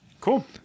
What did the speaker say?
cool